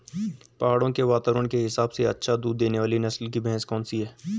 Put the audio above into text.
पहाड़ों के वातावरण के हिसाब से अच्छा दूध देने वाली नस्ल की भैंस कौन सी हैं?